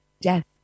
death